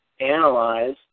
analyze